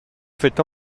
faites